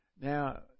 Now